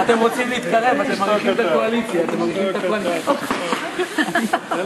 חברי חברי הכנסת, בעיקר חברי דוד,